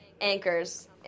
anchors